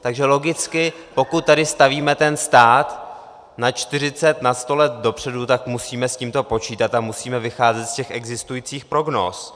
Takže logicky pokud tady stavíme ten stát na čtyřicet, na sto let dopředu, tak musíme s tímto počítat a musíme vycházet z existujících prognóz.